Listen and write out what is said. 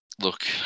Look